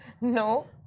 No